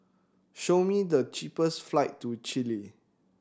show me the cheapest flights to Chile